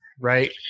right